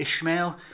Ishmael